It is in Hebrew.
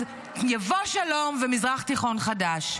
אז יבוא שלום ומזרח תיכון חדש.